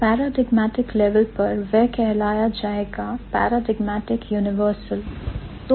Paradigmatic level पर वह के कहलाया जाएगा paradigmatic universal